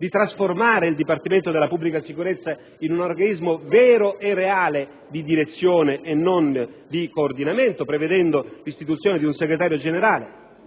di trasformare il dipartimento della pubblica sicurezza in un organismo vero e reale di direzione e non di coordinamento, prevedendo l'istituzione di un segretario generale;